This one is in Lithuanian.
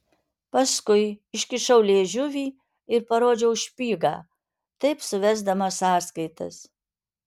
paskui iškišau liežuvį ir parodžiau špygą taip suvesdamas sąskaitas